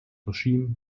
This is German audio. regime